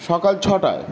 সকাল ছটায়